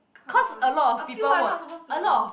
come on appeal ah not supposed to